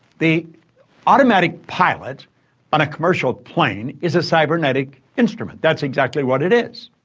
the automatic pilot on a commercial plane, is a cybernetic instrument that's exactly what it is.